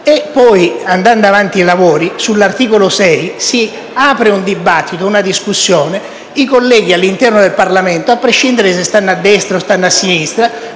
proseguendo nei lavori, sull'articolo 6 si aprisse un dibattito e una discussione e i colleghi all'interno del Parlamento, a prescindere che siano a destra o a sinistra,